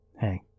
Hey